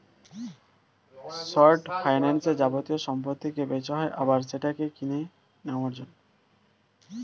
short ফাইন্যান্সে যাবতীয় সম্পত্তিকে বেচা হয় আবার সেটাকে কিনে নেওয়ার জন্য